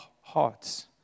hearts